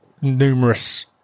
numerous